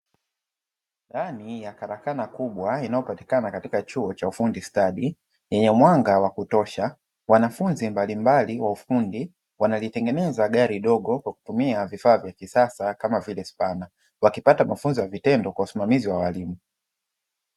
Ndani ya karakana kubwa inayopatikana katika chuo cha ufundi stadi; yenye mwanga wa kutosha. Wanafunzi mbalimbali wa ufundi wanalitengeneza gari dogo kwa kutumia vifaa vya kisasa kama vile spana, wakipata mafunzo ya vitendo kwa usimamizi wa walimu.